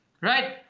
Right